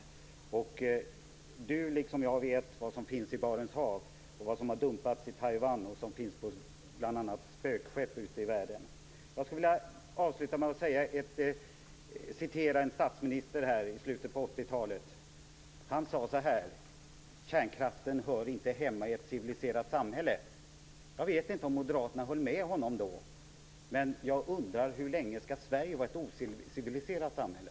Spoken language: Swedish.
Marietta de Pourbaix Lundin liksom jag vet vad som finns i Barents hav, vad som har dumpats i Taiwan och vad som finns bl.a. på spökskepp ute i världen. Jag skulle vilja avsluta med att återge vad en statsminister från slutet av 80-talet sade. Han sade så här: Kärnkraften hör inte hemma i ett civiliserat samhälle. Jag vet inte om Moderaterna höll med honom då, men jag undrar: Hur länge skall Sverige vara ett ociviliserat samhälle?